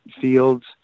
fields